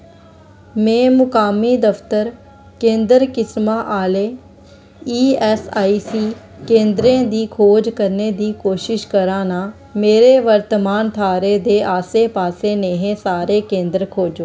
मैं मुकामी दफ्तर केंदर किसमा आह्ले ईऐस्सआईसी केंदरें दी खोज करने दी कोशश करा नां मेरे वर्तमान थाह्रै दे आस्सै पास्सै नेह् सारे केंदर खोजो